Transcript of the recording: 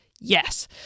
yes